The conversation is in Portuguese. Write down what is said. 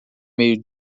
meio